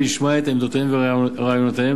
וישמע את עמדותיהם ואת רעיונותיהם